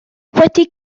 wedi